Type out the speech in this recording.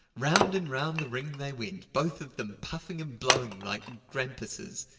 round and round the ring they went, both of them puffing and blowing like grampuses.